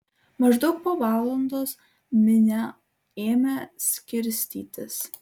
maždaug po valandos minia ėmė skirstytis